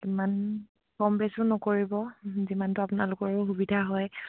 ইমান কম বেছো নকৰিব যিমানটো আপোনালোকৰো সুবিধা হয়